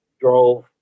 drove